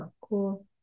cool